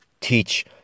teach